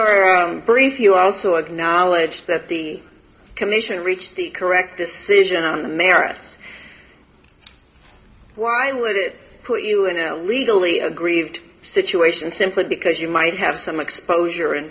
acknowledge that the commission reached the correct decision on america why would it put you in a legally aggrieved situation simply because you might have some exposure in